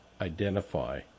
identify